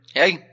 Hey